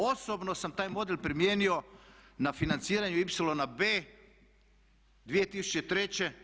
Osobno sam taj model primijenio na financiranju ipsilona B 2003.